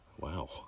Wow